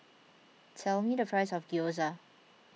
tell me the price of Gyoza